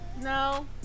No